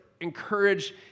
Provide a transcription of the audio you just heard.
encourage